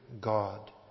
God